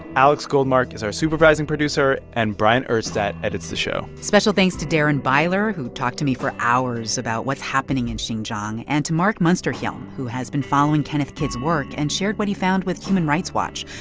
alex goldmark is our supervising producer. and bryant urstadt edits the show special thanks to darren byler, who talked to me for hours about what's happening in and xinjiang, and to mark munsterhjelm, who has been following kenneth kidd's work and shared what he found with human rights watch.